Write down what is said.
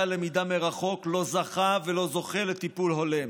הלמידה מרחוק לא זכה ולא זוכה לטיפול הולם.